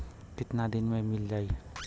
कितना दिन में मील जाई?